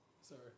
Sorry